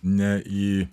ne į